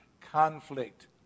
conflict